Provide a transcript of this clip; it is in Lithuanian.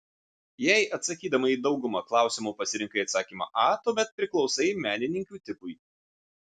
jei atsakydama į daugumą klausimų pasirinkai atsakymą a tuomet priklausai menininkių tipui